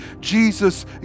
Jesus